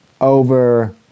over